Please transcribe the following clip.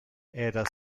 era